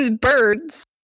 birds